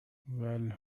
well